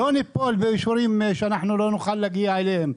לא ניפול באישורים שאנחנו לא יכולים להגיע אליהם,